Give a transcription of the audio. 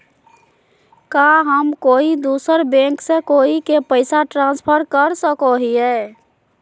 का हम कोई दूसर बैंक से कोई के पैसे ट्रांसफर कर सको हियै?